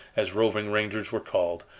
as roving rangers were called,